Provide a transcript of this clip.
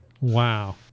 Wow